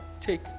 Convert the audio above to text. take